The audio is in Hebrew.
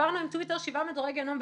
עברנו עם טוויטר שבעה מדורי גיהינום,